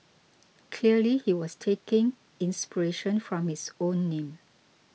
clearly he was taking inspiration from his own name